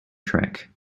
track